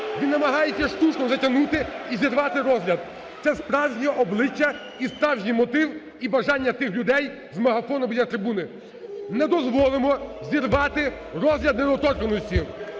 він намагається штучно затягнути і зірвати розгляд. Це справжнє обличчя і справжній мотив і бажання тих людей з мегафоном біля людини. Не дозволи зірвати розгляд недоторканності!